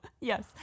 Yes